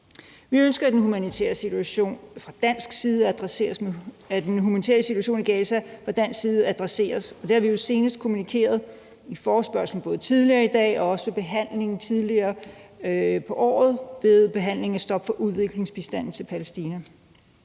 Vi ønsker, at den humanitære situation i Gaza fra dansk side adresseres, og det har vi jo senest kommunikeret både i forbindelse med forespørgslen tidligere i dag og også ved behandlingen tidligere på året om et stop for udviklingsbistanden til Palæstina.